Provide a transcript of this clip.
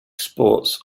sports